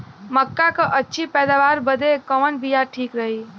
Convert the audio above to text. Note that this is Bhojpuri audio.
मक्का क अच्छी पैदावार बदे कवन बिया ठीक रही?